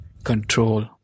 Control